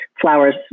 flowers